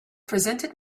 presented